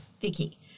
Vicky